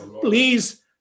Please